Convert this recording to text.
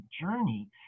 journey